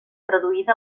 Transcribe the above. traduïda